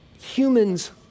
Humans